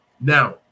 Now